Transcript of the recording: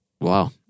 Wow